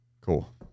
cool